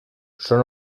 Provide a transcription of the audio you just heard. són